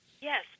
Yes